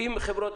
אם חברות